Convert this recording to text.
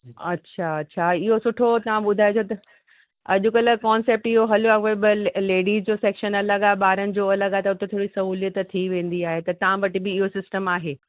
अछा अछा हा इहो सुठो तव्हां ॿुधाइजो त अॼु कल्ह कॉन्सेपट इहो हलियो आहे लेडिस जो सेक्शन अलॻि आहे ॿारनि जो अलॻि आहे त उते थोरी सहुलियत थी वेंदी आहे त तव्हां वटि बि इहो सिस्टम आहे